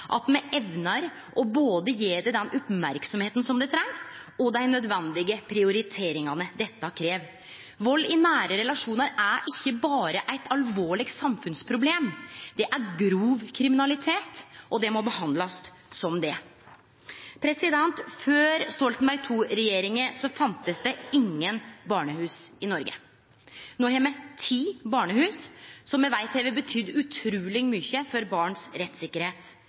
at me evnar både å gje det den oppmerksemda som det treng, og dei nødvendige prioriteringane dette krev. Vald i nære relasjonar er ikkje berre eit alvorleg samfunnsproblem, det er grov kriminalitet, og det må behandlast som det. Før Stoltenberg II-regjeringa fanst det ingen barnehus i Noreg. No har me ti barnehus, som eg veit har betydd utruleg mykje for barns rettssikkerheit.